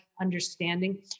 understanding